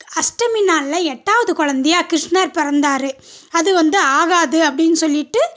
அஷ்டமி நாளில் எட்டாவது குழந்தையா கிருஷ்ணர் பிறந்தாரு அது வந்து ஆகாது அப்படினு சொல்லிவிட்டு